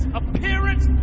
appearance